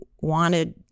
wanted